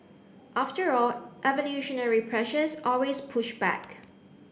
after all evolutionary pressures always push back